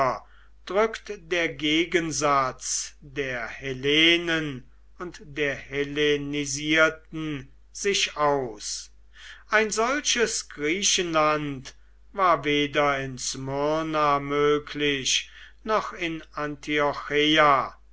drückt der gegensatz der hellenen und der hellenisierten sich aus ein solches griechentum war weder in smyrna möglich noch in antiocheia